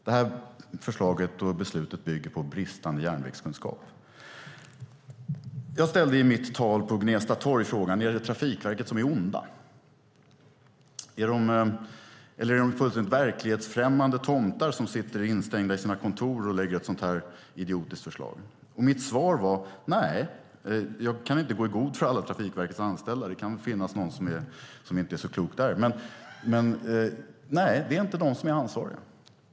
Det förslaget och beslutet bygger på bristande järnvägskunskap. Jag ställde i mitt tal på Gnesta torg frågan: Är de vid Trafikverket onda? Eller är de fullständigt verklighetsfrämmande tomtar som sitter instängda i sina kontor och lägger fram ett så idiotiskt förslag? Mitt svar var: Nej. Jag kan inte gå i god för alla anställda vid Trafikverket - det kan finnas någon där som inte är så klok - men de är inte ansvariga.